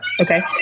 Okay